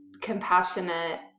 compassionate